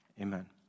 Amen